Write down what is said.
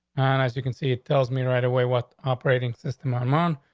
and as you can see, it tells me right away what operating system are month,